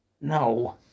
No